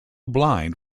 blind